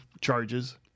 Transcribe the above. charges